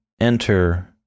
enter